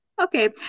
okay